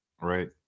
right